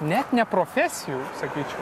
net ne profesijų sakyčiau